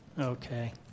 okay